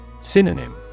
Synonym